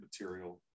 material